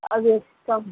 अब एक दम